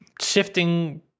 shifting